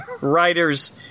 Writers